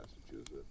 Massachusetts